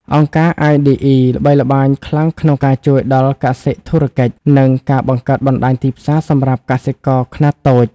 អង្គការ iDE ល្បីល្បាញខ្លាំងក្នុងការជួយដល់ "កសិធុរកិច្ច" និងការបង្កើតបណ្ដាញទីផ្សារសម្រាប់កសិករខ្នាតតូច។